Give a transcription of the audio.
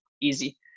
easy